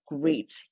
great